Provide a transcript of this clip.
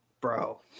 bro